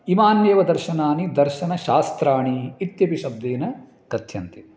इमान्येव दर्शनानि दर्शनशास्त्राणि इत्यपि शब्देन कथ्यन्ते